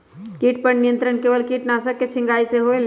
किट पर नियंत्रण केवल किटनाशक के छिंगहाई से होल?